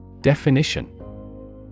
Definition